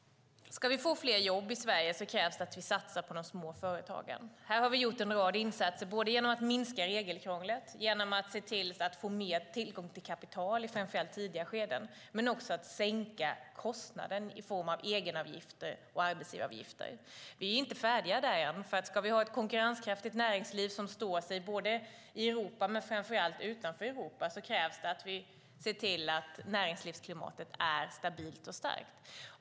Ska vi få fler jobb i Sverige krävs det att vi satsar på de små företagen. Här har vi gjort en rad insatser, både genom att minska regelkrånglet och genom att se till att öka tillgången till kapital i framför allt tidiga skeden men också genom att sänka kostnaderna i form av egenavgifter och arbetsgivaravgifter. Vi är inte färdiga där än, för ska vi ha ett konkurrenskraftigt näringsliv som står sig i Europa och framför allt utanför Europa krävs det att vi ser till att näringslivsklimatet är stabilt och starkt.